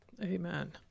Amen